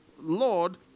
Lord